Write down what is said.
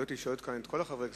לא הייתי שואל כאן את כל חברי הכנסת,